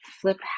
FLIP